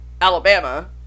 Alabama